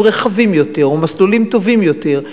רחבים יותר ומסלולים טובים יותר,